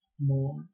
more